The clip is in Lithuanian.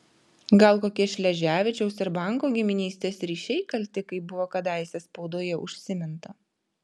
gal kokie šleževičiaus ir banko giminystės ryšiai kalti kaip buvo kadaise spaudoje užsiminta